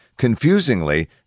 Confusingly